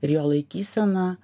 ir jo laikysena